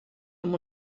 amb